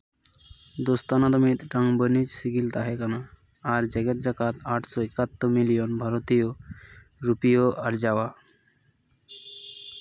ᱫᱳᱥᱛᱟᱱᱟ ᱫᱚ ᱢᱤᱫᱴᱟᱝ ᱵᱟᱹᱱᱤᱡ ᱥᱤᱜᱤᱞ ᱛᱟᱦᱮᱸ ᱠᱟᱱᱟ ᱟᱨ ᱡᱮᱜᱮᱛ ᱡᱟᱠᱟᱛ ᱟᱴᱥᱚ ᱮᱠᱟᱛᱛᱳᱨ ᱢᱤᱞᱤᱭᱚᱱ ᱵᱷᱟᱨᱚᱛᱤᱭᱚ ᱨᱩᱯᱤᱭᱚ ᱟᱨᱡᱟᱣᱟ